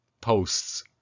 posts